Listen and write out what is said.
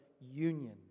union